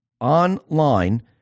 online